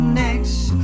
next